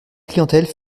clientèle